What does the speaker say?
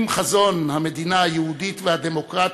אם חזון המדינה היהודית והדמוקרטית,